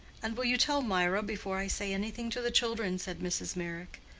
and will you tell mirah before i say anything to the children? said mrs. meyrick.